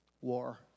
war